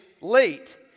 late